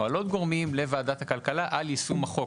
או של עוד גורמים על יישום החוק.